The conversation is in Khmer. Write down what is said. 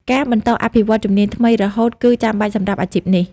ការបន្តអភិវឌ្ឍន៍ជំនាញថ្មីរហូតគឺចាំបាច់សម្រាប់អាជីពនេះ។